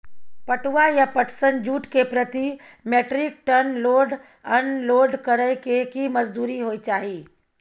पटुआ या पटसन, जूट के प्रति metric tonne load unload करै के की मजदूरी होय चाही?